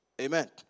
Amen